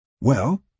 Well